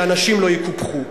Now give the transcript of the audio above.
שאנשים לא יקופחו.